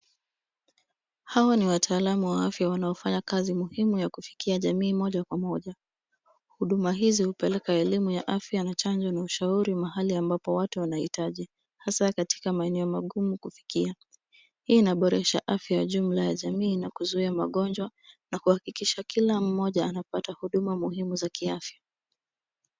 Hawa ni wataalam wa afya wanaofanya kazi muhimu ya kufikia jamii moja kwa moja. Huduma hizi hupeleka elimu ya afya na chanjo na Shauri mahali ambapo watu wanaitaji hasa katika maeneo magumu kufikia. Hii inboresha afya ya jumla ya jamii na kuzuia magonjwa na kuhakikisha kila mmoja anapata huduma muhimu za kiafya.